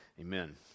Amen